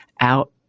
out